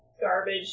garbage